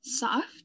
Soft